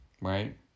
right